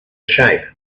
shape